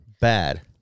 bad